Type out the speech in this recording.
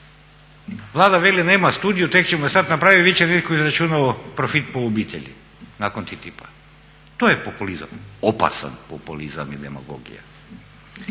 Vlada veli nema studiju, tek ćemo je sad napraviti i već je netko izračunao profit po obitelji nakon TTIP-a. To je populizam, opasan populizam i demagogija.